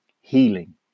healing